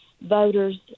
voters